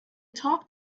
talk